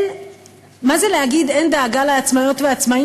מה זה להגיד "אין דאגה לעצמאיות ולעצמאים"?